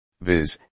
viz